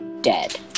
dead